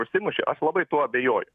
užsimušė aš labai tuo abejoju